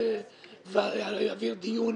תקדים